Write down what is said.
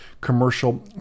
commercial